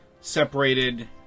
separated